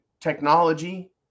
technology